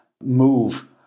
move